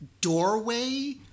doorway